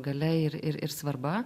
galia ir ir svarba